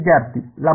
ವಿದ್ಯಾರ್ಥಿ ಲಂಬ